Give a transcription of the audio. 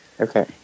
Okay